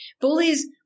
bullies